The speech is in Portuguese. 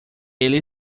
ele